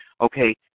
Okay